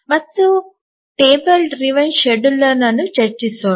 ಮತ್ತು ಟೇಬಲ್ ಚಾಲಿತ ವೇಳಾಪಟ್ಟಿಯನ್ನು ಚರ್ಚಿಸೋಣ